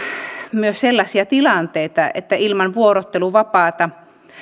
myös sellaisia tilanteita että ilman vuorotteluvapaata